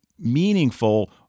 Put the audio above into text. meaningful